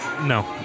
No